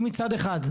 מצד אחד,